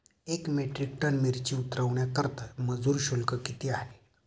एक metric tonne मिरची उतरवण्याकरता मजुर शुल्क किती आहे?